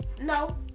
No